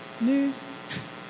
move